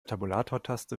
tabulatortaste